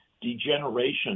degeneration